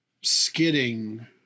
skidding